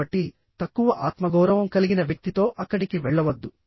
కాబట్టి తక్కువ ఆత్మగౌరవం కలిగిన వ్యక్తితో అక్కడికి వెళ్లవద్దు